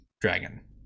dragon